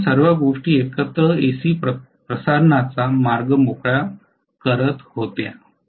त्यामुळे या सर्व गोष्टी एकत्र एसी प्रसारणाचा मार्ग मोकळा करत होत्या